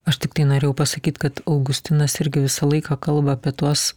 aš tik tai norėjau pasakyt kad augustinas irgi visą laiką kalba apie tuos